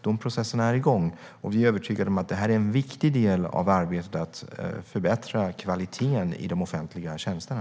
De här processerna är igång, och vi är övertygade om att de är en viktig del i arbetet med att förbättra kvaliteten i de offentliga tjänsterna.